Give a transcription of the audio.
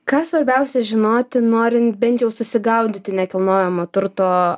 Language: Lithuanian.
ką svarbiausia žinoti norint bent jau susigaudyti nekilnojamo turto